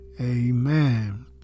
Amen